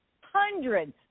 hundreds